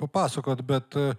papasakot bet